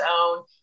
own